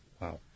Wow